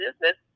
business